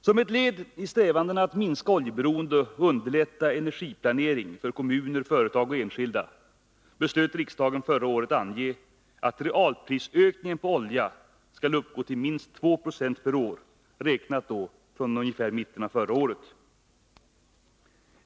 Som ett led i strävandena att minska oljeberoendet och underlätta energiplaneringen för kommuner, företag och enskilda beslöt riksdagen förra året att ange att realprisökningen på olja skall uppgå till minst 2 Jo per år, räknat från ungefär mitten av förra året.